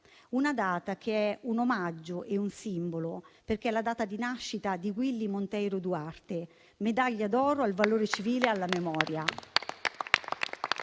una data che è un omaggio e un simbolo, perché è la data di nascita di Willy Monteiro Duarte, medaglia d'oro al valore civile alla memoria.